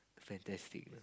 fantastic